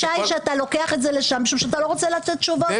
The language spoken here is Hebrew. תחושה היא שאתה לוקח את זה לשם משום שאתה לא רוצה לתת תשובה.